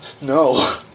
No